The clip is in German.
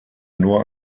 nur